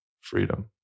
freedom